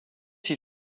fit